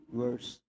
verse